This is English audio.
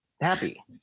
happy